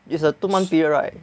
is a two month period right